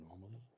normally